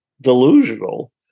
delusional